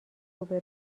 روبه